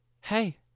hey